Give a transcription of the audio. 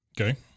Okay